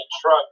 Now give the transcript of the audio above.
truck